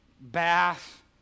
bath